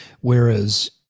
Whereas